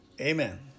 amen